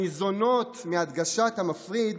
הניזונות מהדגשת המפריד,